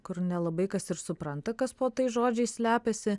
kur nelabai kas ir supranta kas po tais žodžiais slepiasi